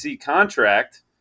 contract